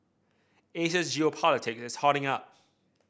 Asia's geopolitic is hotting up